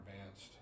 advanced